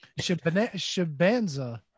shabanza